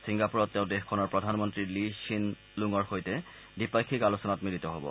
ছিংগাপুৰত তেওঁ দেশখনৰ প্ৰধানমন্ত্ৰী লী খ্বিন লুঙৰ সৈতে দ্বিপাক্ষিক আলোচনাত মিলিত হ'ব